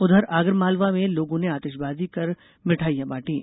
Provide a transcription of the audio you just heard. उधर आगर मालवा में लोगों ने आतिशबाजी कर मिठाइयां बांटीं